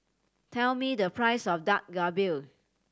tell me the price of Dak Galbi